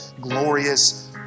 glorious